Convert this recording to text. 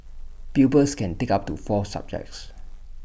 pupils can take up to four subjects